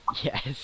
Yes